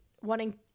wanting